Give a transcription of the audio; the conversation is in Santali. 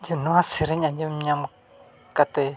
ᱡᱮ ᱱᱚᱣᱟ ᱥᱮᱨᱮᱧ ᱟᱸᱡᱚᱢ ᱧᱟᱢ ᱠᱟᱛᱮᱫ